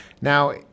Now